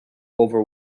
over